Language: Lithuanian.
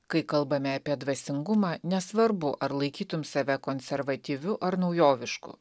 kai kalbame apie dvasingumą nesvarbu ar laikytum save konservatyviu ar naujovišku